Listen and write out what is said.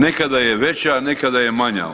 Nekada je veća, nekada je manja.